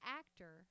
actor